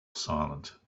silent